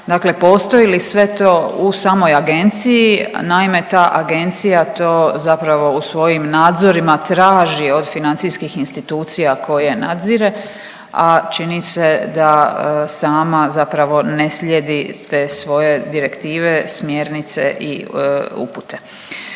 dakle postoji li sve to u samoj agenciji. Naime, ta agencija to zapravo u svojim nadzorima traži od financijskih institucija koje nadzire, a čini se da sama zapravo ne slijedi te svoje direktive, smjernice i upute.